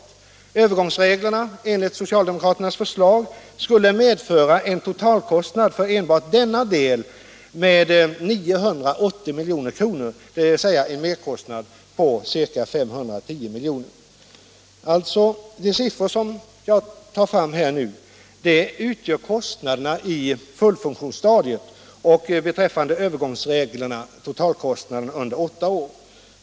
Vidare skulle övergångsreglerna enligt det socialdemokratiska förslaget medföra en totalkostnad för enbart denna del med 980 milj.kr., dvs. en merkostnad på ca 510 milj.kr. De siffror jag här angivit avser kostnaderna i fullfunktionsstadiet och beträffande övergångsreglerna totalkostnaden under åtta år.